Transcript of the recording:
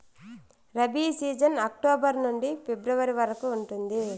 rabi season October నుండి ఫిబ్రవరి వరకు ఉంటుంది